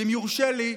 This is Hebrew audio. ואם יורשה לי,